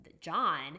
John